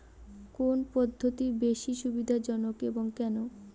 কোন পদ্ধতি বেশি সুবিধাজনক এবং কেন?